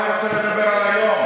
אני רוצה לדבר על היום.